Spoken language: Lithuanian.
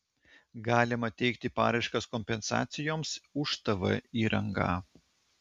galima teikti paraiškas kompensacijoms už tv įrangą